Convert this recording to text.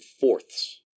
fourths